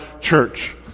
church